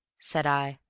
said i.